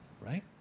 right